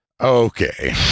Okay